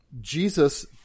Jesus